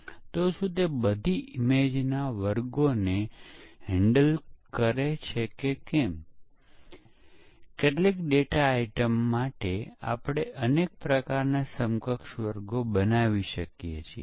અને આપણે કહી રહ્યા હતા કે એક ખામીયુક્ત પ્રોગ્રામ જે પ્રોગ્રામ વારંવાર નિષ્ફળ જાય છે તે ગ્રાહકો દ્વારા સ્વીકારવામાં આવે નહીં તેઓ તેને અસ્વીકાર કરશે અને તેથી કોઈ કંપની સોફ્ટવેર ઘણી ભૂલો સાથે જાહેર કરશે નહીં